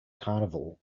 carnival